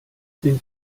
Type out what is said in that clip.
sind